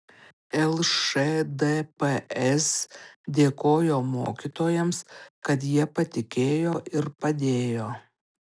lšdps dėkojo mokytojams kad jie patikėjo ir padėjo